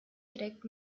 direkt